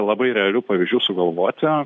labai realių pavyzdžių sugalvoti